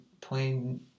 plain